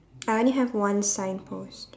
I only have one signpost